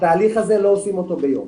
התהליך הזה לא עושים אותו ביום